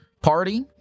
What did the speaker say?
party